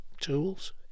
tools